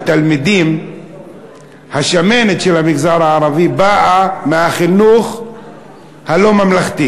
התלמידים השמנת של המגזר הערבי באה מהחינוך הלא-ממלכתי.